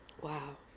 Wow